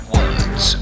words